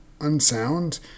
Unsound